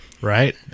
Right